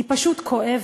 הוא פשוט כואב.